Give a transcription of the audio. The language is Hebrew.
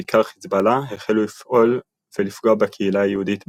בעיקר חזבאללה החלו לפעול ולפגוע בקהילה היהודית בעיר,